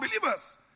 believers